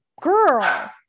girl